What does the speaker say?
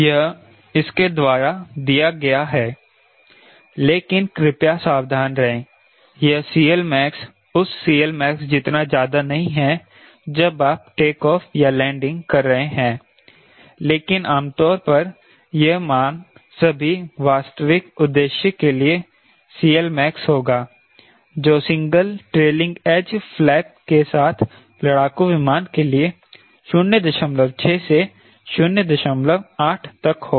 यह इसके द्वारा दिया गया है लेकिन कृपया सावधान रहें यह CLmax उस CLmax जितना ज्यादा नहीं है जब आप टेकऑफ़ या लैंडिंग कर रहे हैं लेकिन आमतौर पर यह मान सभी वास्तविक उद्देश्य के लिए CLmax होगा जो सिंगल ट्रेलिंग एज फ्लैप के साथ लड़ाकू विमान के लिए 06 से 08 तक होगा